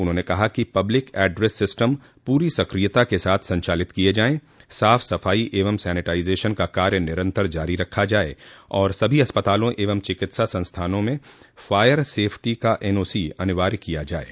उन्होंने कहा कि पब्लिक एड्रेस सिस्टम पूरी सक्रियता के साथ संचालित किये जायें साफ सफाई एवं सैनिटइजेशन का कार्य निरंतर जारी रखा जाये और सभी अस्पतालों एवं चिकित्सा संस्थानों में फायर सेफ्टी का एनओसी अनिवार्य किया जाये